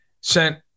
sent